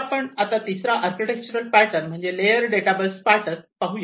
तर आता आपण तिसरा आर्किटेक्चरल पॅटर्न म्हणजेत लेयर डेटा बस पॅटर्न पाहूया